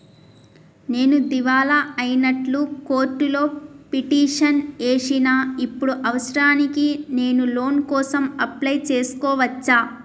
నేను దివాలా అయినట్లు కోర్టులో పిటిషన్ ఏశిన ఇప్పుడు అవసరానికి నేను లోన్ కోసం అప్లయ్ చేస్కోవచ్చా?